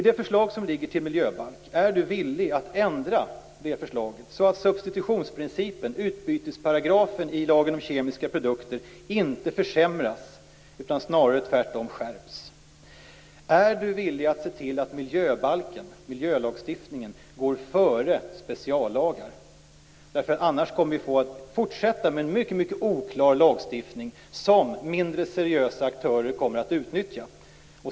Är miljöministern villig att ändra det förslag till miljöbalk som ligger framme så att substitutionsprincipen, utbytesparagrafen i lagen om kemiska produkter, inte försämras utan snarare skärps? Är miljöministern villig att se till att miljöbalken, miljölagstiftningen, går före speciallagar? Annars kommer vi att få fortsätta att ha en mycket oklar lagstiftning som mindre seriösa aktörer kommer att utnyttja.